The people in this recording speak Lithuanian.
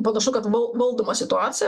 panašu kad val valdoma situacija